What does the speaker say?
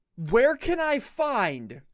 where can i find